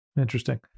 Interesting